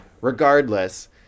Regardless